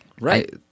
Right